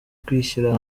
kwishyira